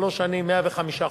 שלוש שנים ו-105 חוקים,